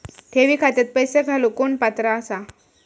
ठेवी खात्यात पैसे घालूक कोण पात्र आसा?